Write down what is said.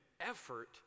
effort